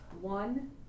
one